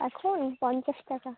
এখন পঞ্চাশ টাকা